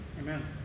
Amen